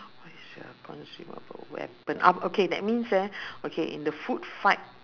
what is your consumable weapon ah okay that means eh okay in a food fight